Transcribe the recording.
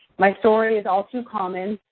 my story and is all too common,